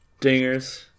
Dingers